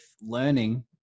learning